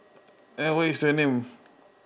uh what is your name